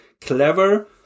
clever